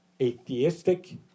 Atheistic